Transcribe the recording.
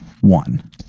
one